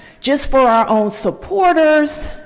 just for our own supporters,